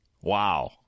Wow